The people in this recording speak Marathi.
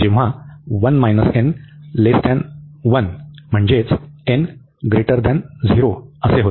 जेव्हा 1 n1 म्हणजे